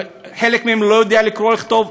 חלק מהם לא יודע קרוא וכתוב,